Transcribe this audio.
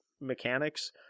mechanics